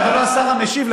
אם אתה לא השר המשיב,